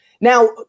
now